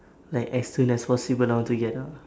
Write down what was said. like as soon as possible I want to get out